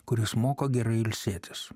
kuris moka gerai ilsėtis